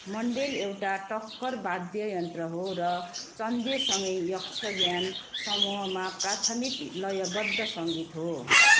मन्डेल एउटा टक्कर वाद्ययन्त्र हो र चन्देसँगै यक्षगान समूहमा प्राथमिक लयबद्ध सङ्गीत हो